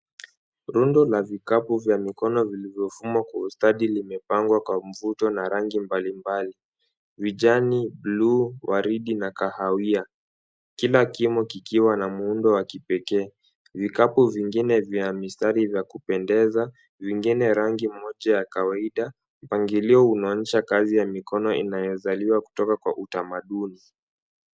Rundo la vikapu vya mikono vilivyofumwa kwa ustadi vimepangwa kwa mvuto na rangi mbalimbali. Vijani, bluu, waridi na kahawia kila kimo kikiwa na muundo wa kipekee. Vikapu vingine vya mistari vya kupendeza, vingine rangi moja ya kawaida. Mpangilio unaonyesha kazi ya mikono inayozaliwa kutoka kwa utamaduni.